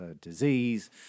disease